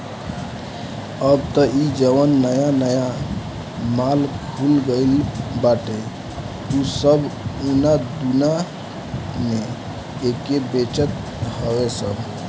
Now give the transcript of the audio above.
अब तअ इ जवन नया नया माल खुल गईल बाटे उ सब उना दूना में एके बेचत हवे सब